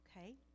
Okay